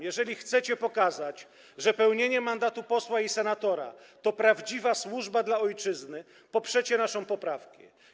Jeżeli chcecie pokazać, że pełnienie mandatu posła i senatora to prawdziwa służba dla ojczyzny, poprzecie naszą poprawkę.